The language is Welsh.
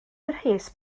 mhres